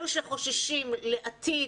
אלו שחוששים מהעתיד,